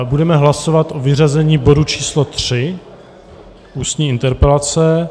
Budeme hlasovat o vyřazení bodu číslo 3 Ústní interpelace.